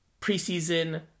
preseason